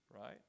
right